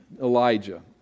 Elijah